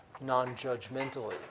non-judgmentally